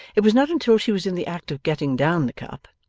it was not until she was in the act of getting down the cup,